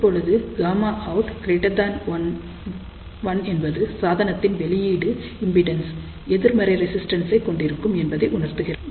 இப்போது Γout1 என்பது சாதனத்தின் வெளியீடு இம்பிடன்ஸ் எதிர்மறை ரெசிஸ்டன்ஸ் ஐ கொண்டிருக்கும் என்பதை உணர்த்துகிறது